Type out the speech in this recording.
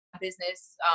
Business